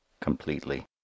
completely